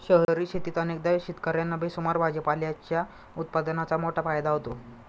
शहरी शेतीत अनेकदा शेतकर्यांना बेसुमार भाजीपाल्याच्या उत्पादनाचा मोठा फायदा होतो